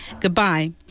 Goodbye